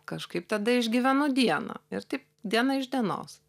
kažkaip tada išgyvenu dieną ir taip diena iš dienos